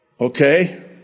Okay